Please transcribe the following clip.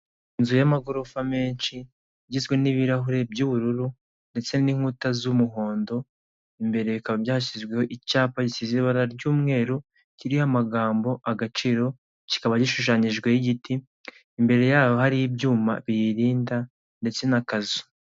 Inzu y'amagorofa menshi, igizwe n'ibirahure by'ubururu ndetse n'inkuta z'umuhondo, imbere bikaba byasizweho icyapa gisize ibara ry'umweru, kiriho amagambo agaciro, kikaba gishushanyijweho igiti, imbere yaho hari ibyuma biyirinda ndetse n'akazu.